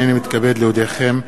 הנני מתכבד להודיעכם,